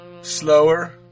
Slower